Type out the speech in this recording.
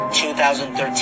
2013